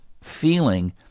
feeling